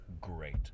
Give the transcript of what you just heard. great